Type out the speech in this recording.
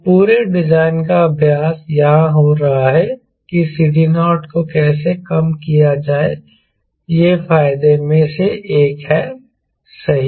तो पूरे डिजाइन का अभ्यास यहां हो रहा है कि CD0 को कैसे कम किया जाए यह फायदे में से एक है सही है